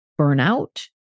burnout